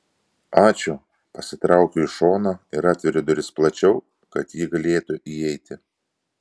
ačiū pasitraukiu į šoną ir atveriu duris plačiau kad ji galėtų įeiti